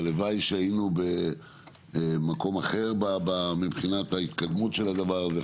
הלוואי שהיינו במקום אחר בה מבחינת ההתקדמות של הדבר הזה,